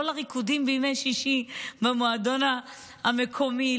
לא לריקודים בימי שישי במועדון המקומי,